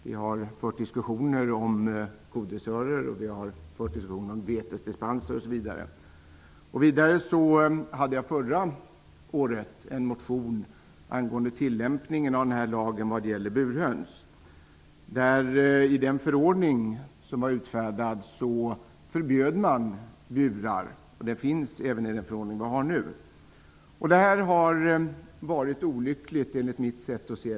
Vi har fört diskussioner om bl.a. kodressörer och betesdispenser. Förra året hade jag en motion angående lagens tillämpning på burhöns. Både i den föregående och i den nuvarande förordningen förbjuds burar. Enligt mitt sätt att se det har det varit olyckligt.